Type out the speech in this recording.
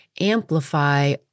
amplify